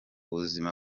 buzima